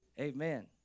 Amen